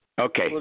Okay